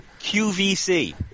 QVC